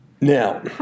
Now